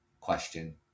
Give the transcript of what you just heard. question